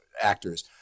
actors